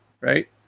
right